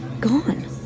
gone